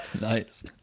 Nice